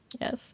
Yes